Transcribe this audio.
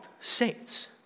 saints